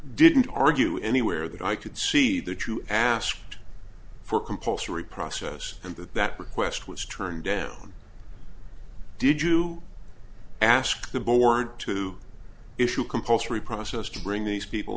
didn't argue anywhere that i could see that you asked for compulsory process and that that request was turned down did you ask the board to issue compulsory process to bring these people